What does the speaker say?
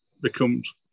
becomes